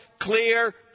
Clear